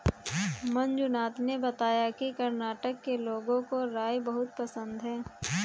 मंजुनाथ ने बताया कि कर्नाटक के लोगों को राई बहुत पसंद है